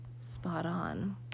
spot-on